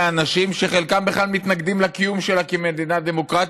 אנשים שחלקם בכלל מתנגדים לקיום שלה כמדינה דמוקרטית,